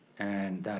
and